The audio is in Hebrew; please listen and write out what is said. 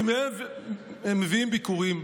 כי מהם מביאים ביכורים.